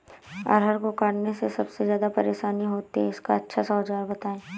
अरहर को काटने में सबसे ज्यादा परेशानी होती है इसका अच्छा सा औजार बताएं?